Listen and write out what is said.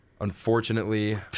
unfortunately